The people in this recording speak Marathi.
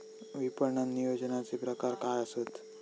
विपणन नियोजनाचे प्रकार काय आसत?